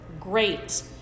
Great